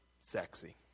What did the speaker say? sexy